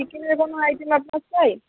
চিকেনের কোনো আইটেম আপনার চাই